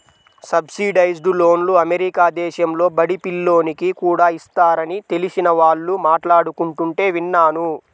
subsidised లోన్లు America దేశంలో బడి పిల్లోనికి కూడా ఇస్తారని తెలిసిన వాళ్ళు మాట్లాడుకుంటుంటే విన్నాను